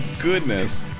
goodness